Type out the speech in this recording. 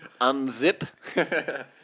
Unzip